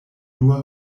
dua